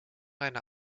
einer